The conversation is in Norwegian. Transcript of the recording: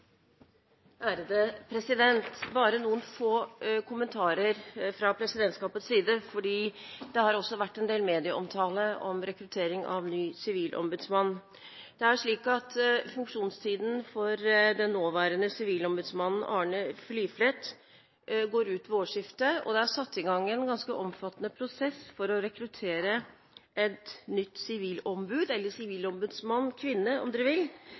Jeg har bare noen få kommentarer fra presidentskapets side, fordi det også har vært en del medieomtale om rekruttering av ny sivilombudsmann. Funksjonstiden for den nåværende sivilombudsmannen, Arne Fliflet, går ut ved årsskiftet, og det er satt i gang en ganske omfattende prosess for å rekruttere en ny sivilombudsmann – eller -kvinne, om dere vil. Vervet er kunngjort, men med de